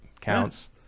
counts